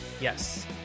yes